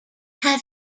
had